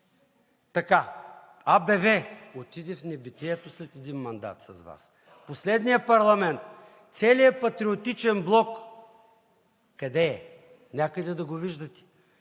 Вас. АБВ – отиде в небитието след един мандат с Вас. В последния парламент – целият Патриотичен блок, къде е? Някъде да го виждате?